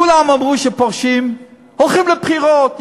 כולם אמרו שהם פורשים, הולכים לבחירות.